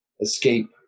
escape